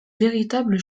véritable